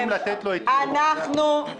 אנחנו רוצים לתת לו ייצוג, זה הכול.